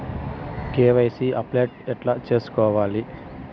KYC update ఎట్లా సేసుకోవాలి?